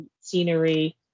scenery